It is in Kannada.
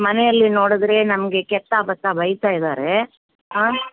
ಮನೆಯಲ್ಲಿ ನೋಡಿದ್ರೆ ನಮಗೆ ಕೆತ್ತ ಬತ್ತ ಬೈತ ಇದ್ದಾರೆ ಹಾಂ